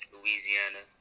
Louisiana